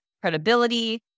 credibility